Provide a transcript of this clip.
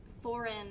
foreign